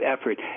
effort